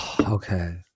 Okay